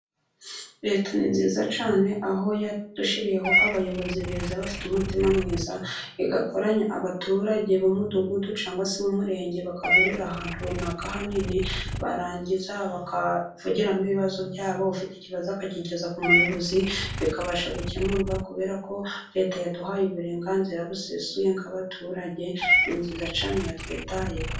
Leta ni nziza cyane aho yadushyiriyeho abayobozi beza, bafite umutima mwiza, igakoranya abaturage b'umudugudu, cyangwa se mu murenge, bagahurira ahantu runaka hanini, barangiza bakavugiramo ibibazo byabo, ufite ikibazo akakigeza ku muyobozi bikabasha gukemurwa, kubera ko Leta yaduhaye uburenganzira busesuye nk'abaturage ni nziza cyane yatwitayeho.